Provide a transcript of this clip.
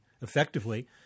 effectively